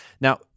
Now